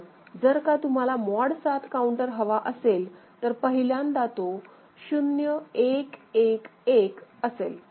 पण जर का तुम्हाला मॉड 7 काउंटर हवा असेल तर पहिल्यांदा तो 0111 असेल